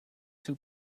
two